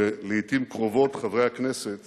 ולעתים קרובות חברי הכנסת